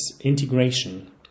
Integration